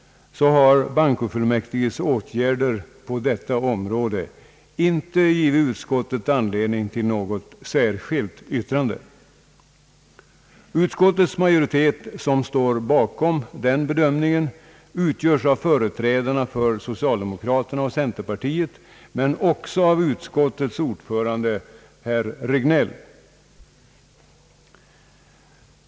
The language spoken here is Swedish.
Fullmäktiges åtgärder har på detta område inte föranlett utskottet att göra något särskilt yttrande. Utskottets majoritet, som alltså står bakom denna bedömning, utgörs av företrädarna för socialdemokraterna och centerpartiet men också av utskottets ordförande, herr Regnéll.